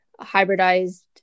hybridized